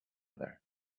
other